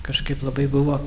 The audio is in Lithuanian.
kažkaip labai buvo